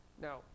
Now